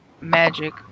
magic